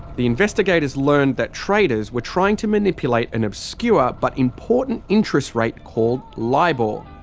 the investigators learned that traders were trying to manipulate an obscure but important interest rate called libor,